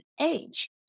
age